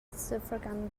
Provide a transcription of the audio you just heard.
suffragan